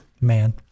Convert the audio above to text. man